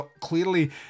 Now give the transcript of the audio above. clearly